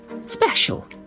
special